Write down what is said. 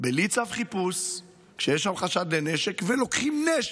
בלי צו חיפוש כשיש שם חשד לנשק, ולוקחים נשק.